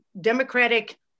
democratic